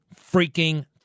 freaking